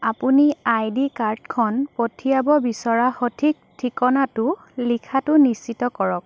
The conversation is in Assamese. আপুনি আই ডি কাৰ্ডখন পঠিয়াব বিচৰা সঠিক ঠিকনাটো লিখাটো নিশ্চিত কৰক